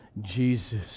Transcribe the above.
Jesus